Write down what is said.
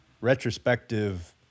retrospective